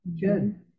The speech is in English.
Good